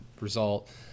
result